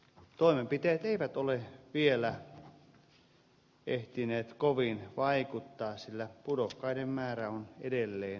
toimenpiteet eivät ole vielä ehtineet kovin vaikuttaa sillä pudokkaiden määrä on edelleen kasvanut